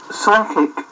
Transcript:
psychic